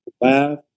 laugh